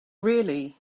really